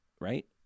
right